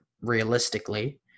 realistically